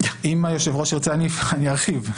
אם היושב-ראש ירצה, אני ארחיב.